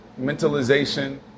mentalization